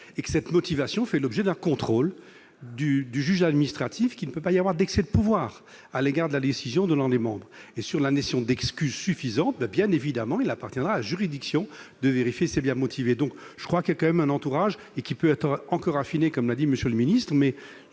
et que cette motivation, fait l'objet d'un contrôle du du juge administratif, qui ne peut pas y avoir d'excès de pouvoir à l'égard de la décision de l'un des membres et sur la nation d'excuse suffisante mais bien évidemment il appartiendra juridiction de vérifier c'est bien motivé, donc je crois qu'il y a quand même un entourage et qui peut être encore affiner, comme l'a dit Monsieur le Ministre,